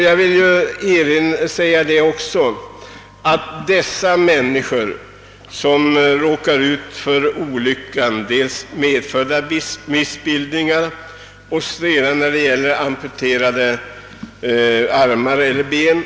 Patienterna utgörs dels av personer med medfödda missbildningar, dels av personer med amputerade armar eller ben.